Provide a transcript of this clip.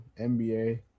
NBA